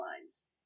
lines